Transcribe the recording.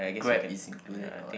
Grab is included or what